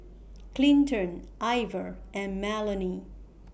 Clinton Iver and Melony